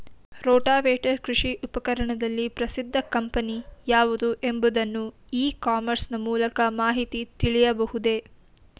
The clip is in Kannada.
ರೋಟಾವೇಟರ್ ಕೃಷಿ ಉಪಕರಣದಲ್ಲಿ ಪ್ರಸಿದ್ದ ಕಂಪನಿ ಯಾವುದು ಎಂಬುದನ್ನು ಇ ಕಾಮರ್ಸ್ ನ ಮೂಲಕ ಮಾಹಿತಿ ತಿಳಿಯಬಹುದೇ?